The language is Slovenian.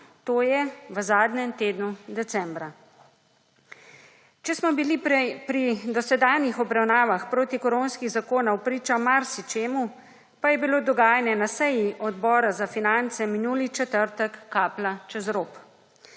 To je, v zadnjem tednu decembra. Če smo bili prej pri dosedanjih obravnavah protikoronskih zakonov priča marsičem, pa je bilo dogajanje na seji Odbora za finance minuli četrtek kaplja čez rob.